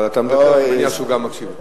אבל אתה בטח מניח שהוא גם מקשיב.